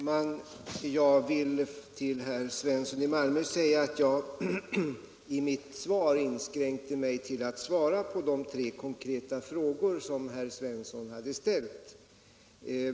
Herr talman! Till herr Svensson i Malmö vill jag säga att jag i mitt svar inskränkte mig till att svara på de tre konkreta frågor som herr Svensson hade ställt.